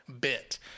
bit